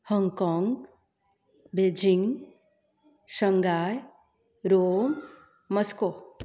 Hong Kong Beijing Shanghai Rome mascot